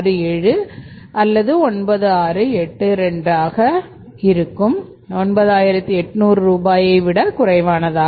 67 அல்லது9682 ஆக இருக்கும் 9 ஆயிரத்து 800 ரூபாய் விட குறைவானதாகும்